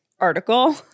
article